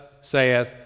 saith